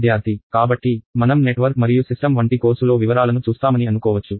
విద్యార్థి కాబట్టి మనం నెట్వర్క్ సిస్టమ్ వంటి కోర్సులో వివరాలను చూస్తామని అనుకోవచ్చు